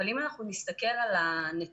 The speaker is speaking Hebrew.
אבל אם אנחנו נסתכל על הנתונים,